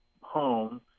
home